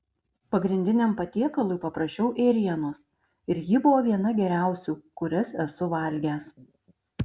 pagrindiniam patiekalui paprašiau ėrienos ir ji buvo viena geriausių kurias esu valgęs